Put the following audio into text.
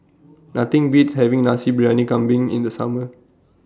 Nothing Beats having Nasi Briyani Kambing in The Summer